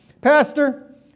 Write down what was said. Pastor